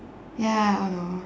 ya oh no